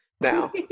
now